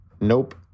Nope